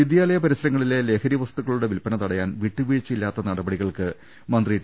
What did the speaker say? വിദ്യാലയ പരിസരങ്ങളിലെ ലഹരി വസ്തുക്കളുടെ വിൽപ്പന തടയാൻ വിട്ടുവീഴ്ചയില്ലാത്ത നടപടികൾക്ക് മന്ത്രി ടി